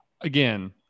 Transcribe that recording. Again